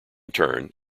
turn